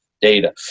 data